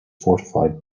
fortified